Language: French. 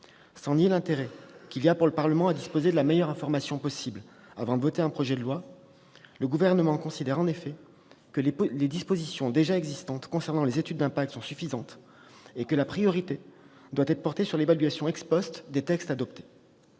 Sans nier l'intérêt qu'il y a, pour le Parlement, à disposer de la meilleure information possible avant de voter sur un projet de loi, le Gouvernement considère en effet que les dispositions déjà existantes concernant les études d'impact sont suffisantes et que la priorité doit porter sur l'évaluation des textes adoptés